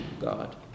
God